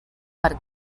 per